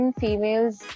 females